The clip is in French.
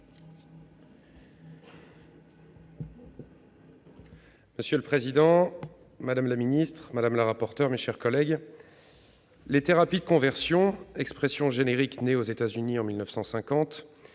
Monsieur le président, madame la ministre, mes chers collègues, les thérapies de conversion, expression générique née aux États-Unis en 1950,